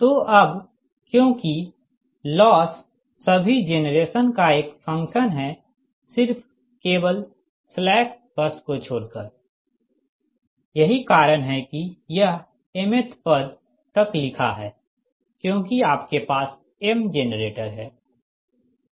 तो अब क्योंकि लॉस सभी जेनरेशन का एक फंक्शन है सिर्फ केवल स्लैक बस को छोड़कर यही कारण है कि यह mth पद तक लिखा है क्योंकि आपके पास m जेनरेटर है